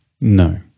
no